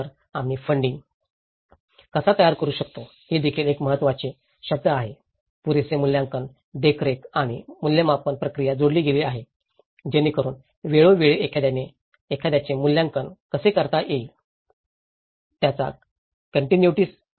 तर आम्ही फंडिंग कसा तयार करू शकतो हे देखील एक महत्त्वाचे शब्द आहे पुरेशी मूल्यांकन देखरेख आणि मूल्यमापन प्रक्रिया जोडली गेली आहे जेणेकरून वेळोवेळी एखाद्याचे मूल्यांकन कसे करता येईल याचा कन्टीनुटी सायकल राहतो